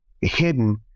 hidden